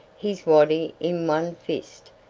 his waddy in one fist,